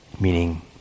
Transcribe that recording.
meaning